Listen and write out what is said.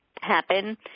happen